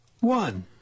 one